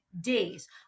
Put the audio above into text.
days